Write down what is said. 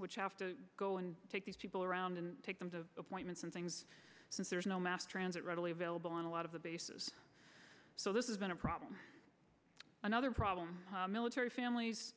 which have to go and take these people around and take them to appointments and things since there's no mass transit readily available on a lot of the bases so this isn't a problem another problem military families